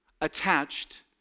attached